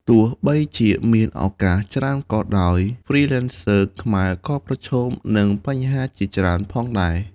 ទោះបីជាមានឱកាសច្រើនក៏ដោយ Freelancers ខ្មែរក៏ប្រឈមនឹងបញ្ហាជាច្រើនផងដែរ។